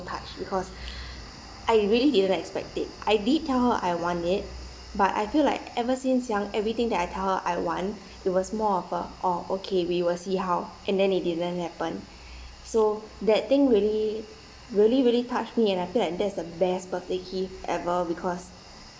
touched because I really didn't expected I did tell her I want it but I feel like ever since young everything that I tell her I want it was more of a oh okay we will see how and then it didn't happen so that thing really really really touched me and I feel like that's the best birthday gift ever because